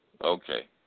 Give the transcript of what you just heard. Okay